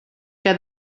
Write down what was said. que